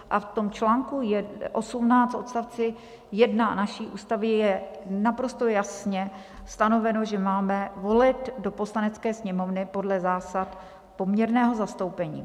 V článku 18 odst. 1 naší Ústavy je naprosto jasně stanoveno, že máme volit do Poslanecké sněmovny podle zásad poměrného zastoupení.